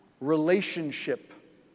relationship